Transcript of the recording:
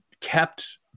kept